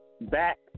Back